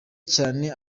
cyane